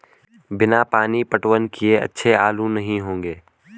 बिना पानी पटवन किए अच्छे आलू नही होंगे